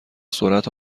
سرعت